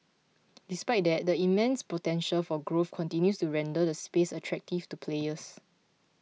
despite that the immense potential for growth continues to render the space attractive to players